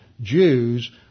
Jews